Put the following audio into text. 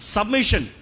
Submission